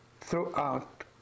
throughout